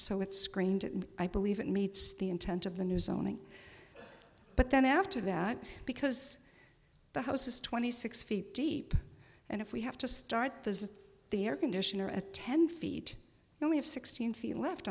so it's screened i believe it meets the intent of the new zoning but then after that because the house is twenty six feet deep and if we have to start this is the air conditioner a ten feet now we have sixteen feel left